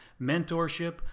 mentorship